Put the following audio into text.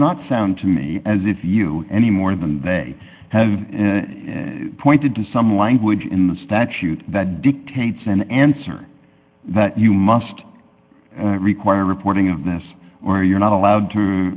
not sound to me as if you anymore than they have pointed to some language in the statute that dictates an answer that you must require reporting of this or you're not allowed